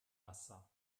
wasser